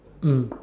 mm